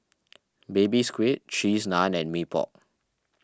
Baby Squid Cheese Naan and Mee Pok